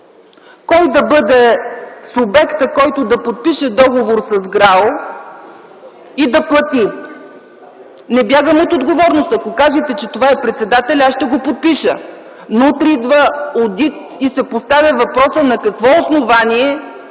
Кой да бъде субектът, който да подпише договора с ГРАО и да плати? Не бягам от отговорност. Ако кажете, че това е председателят, аз ще го подпиша. Но утре идва одит и се поставя въпросът на какво основание,